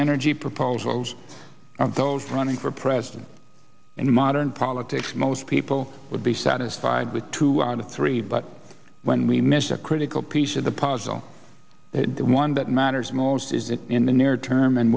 energy proposals of those running for president in modern politics most people would be satisfied with two three but when we missed a critical piece of the puzzle one that matters most is that in the near term and